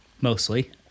mostly